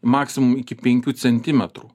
maksimum iki penkių centimetrų